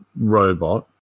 robot